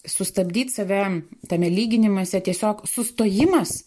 sustabdyt save tame lyginimąsi tiesiog sustojimas